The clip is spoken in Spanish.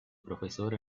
profesor